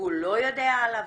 והוא לא יודע על הוועדה,